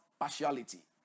Partiality